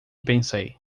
pensei